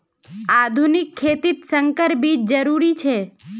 आधुनिक खेतित संकर बीज जरुरी छे